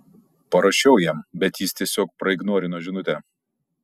parašiau jam bet jis tiesiog praignorino žinutę